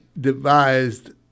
devised –